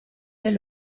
dei